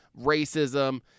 racism